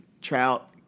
Trout